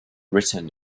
written